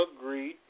Agreed